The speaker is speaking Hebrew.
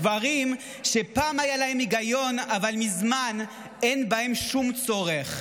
דברים שפעם היה בהם היגיון אבל מזמן אין בהם שום צורך.